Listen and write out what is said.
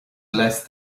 less